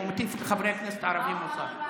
והוא מטיף לחברי הכנסת הערבים מוסר.